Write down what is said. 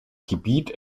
gebiet